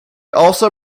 also